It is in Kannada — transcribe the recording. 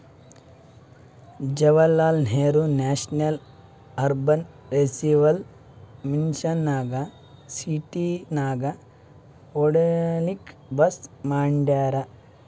Jawaharlal Nehru national urban renewal mission ನಾಗ್ ಸಿಟಿನಾಗ್ ಒಡ್ಯಾಡ್ಲೂಕ್ ಬಸ್ ಮಾಡ್ಯಾರ್